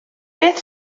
beth